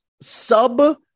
sub-